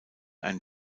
ein